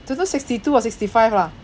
don't know sixty two or sixty five lah